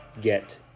get